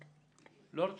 בבקשה,